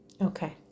Okay